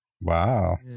Wow